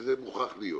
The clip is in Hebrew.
שזה מוכרח להיות.